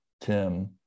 Tim